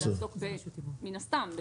מן הסתם,